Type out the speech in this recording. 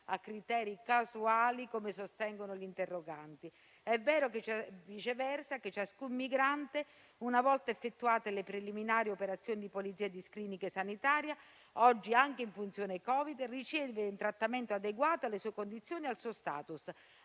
a criteri casuali, come sostengono gli interroganti. È vero, viceversa, che ciascun migrante, una volta effettuate le preliminari operazioni di polizia e *screening* sanitario, oggi anche in funzione Covid, riceve un trattamento adeguato alle sue condizioni e al suo *status,*